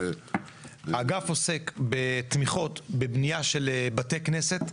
אגף מבני דת עוסק בתמיכות בבנייה של בתי כנסת,